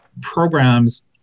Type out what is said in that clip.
programs